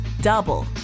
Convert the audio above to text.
double